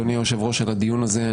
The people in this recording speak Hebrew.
אדוני היושב-ראש על הדיון הזה.